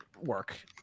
work